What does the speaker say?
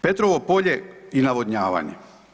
Petrovo polje i navodnjavanje.